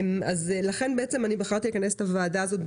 לכן בחרתי לכנס את הוועדה הזאת,